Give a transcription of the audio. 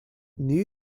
new